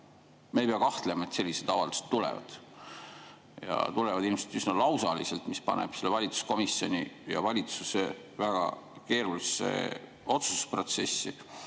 me ei pea kahtlema, et sellised avaldused tulevad ja tulevad ilmselt üsna lausaliselt. See paneb selle valitsuskomisjoni ja valitsuse väga keerulisse otsustusprotsessi.